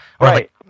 Right